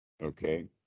okay